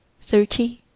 thirty